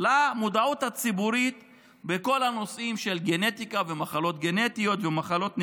למודעות הציבורית בכל הנושאים של גנטיקה ומחלות גנטיות ומחלות נדירות.